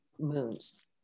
moons